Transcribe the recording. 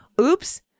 Oops